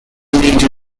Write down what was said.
leader